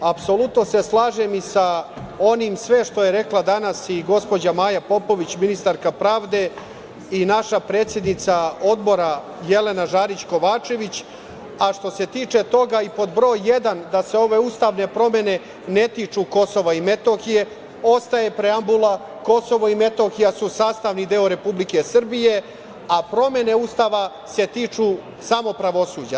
Apsolutno se slažem i sa onim sve što je rekla danas i gospođa Maja Popović, ministarka pravde i naša predsednica Odbora, Jelena Žarić Kovačević, a što se tiče toga i pod broje jedna, da se ove ustavne promene ne tiču Kosova i Metohije, ostaje preambula, Kosovo i Metohija su sastavni deo Republike Srbije, a promene Ustava se tiču samo pravosuđa.